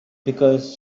because